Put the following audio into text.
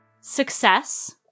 Success